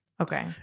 Okay